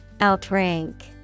Outrank